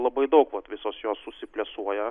labai daug kad visos jos susiplesuoja